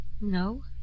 No